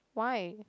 why